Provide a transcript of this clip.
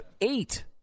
eight